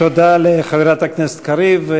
תודה לחברת הכנסת קריב.